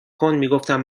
کن، میگفتم